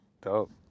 Dope